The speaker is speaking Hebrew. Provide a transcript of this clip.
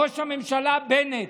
ראש הממשלה בנט,